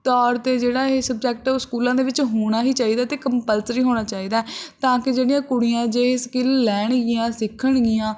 ਤੌਰ 'ਤੇ ਜਿਹੜਾ ਇਹ ਸਬਜੈਕਟ ਹੈ ਉਹ ਸਕੂਲਾਂ ਦੇ ਵਿੱਚ ਹੋਣਾ ਹੀ ਚਾਹੀਦਾ ਅਤੇ ਕੰਪਲਸਰੀ ਹੋਣਾ ਚਾਹੀਦਾ ਤਾਂ ਕਿ ਜਿਹੜੀਆਂ ਕੁੜੀਆਂ ਹੈ ਜੇ ਇਹ ਸਕਿੱਲ ਲੈਣਗੀਆਂ ਸਿੱਖਣਗੀਆਂ